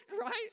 right